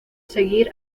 seguir